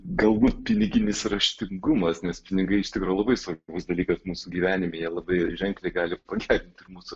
galbūt piniginis raštingumas nes pinigais tikrai labai svarbus dalykas mūsų gyvenime jie labai ženkliai gali pagerinti mūsų